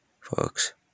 Folks